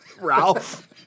Ralph